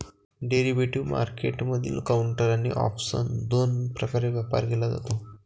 derivative मार्केटमधील counter आणि option दोन प्रकारे व्यापार केला जातो